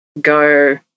go